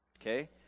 okay